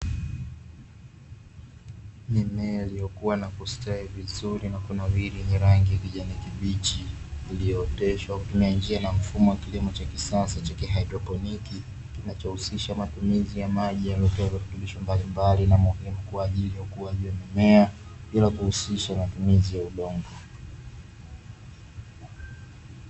Mimea iliyokua na kustawi vizuri na kunawili yenye rangi ya kijani kibichi, iliyooteshwa kutumia njia na mfumo wa kilimo cha kisasa cha kihaidroponiki, kinachohusisha matumizi ya maji yaliyotiwa virutubisho mbalimbali na muhimu kwa ajili ya ukuaji wa mimea bila kuhusisha matumizi ya udongo.